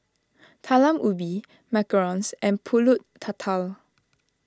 Talam Ubi Macarons and Pulut Tatal